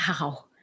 Wow